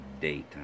daytime